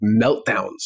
meltdowns